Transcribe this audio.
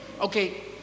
Okay